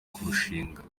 kurushinga